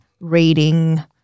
reading